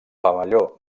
pavelló